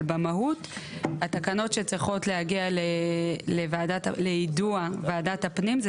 אבל במהות התקנות שצריכות להגיע ליידוע ועדת הפנים הן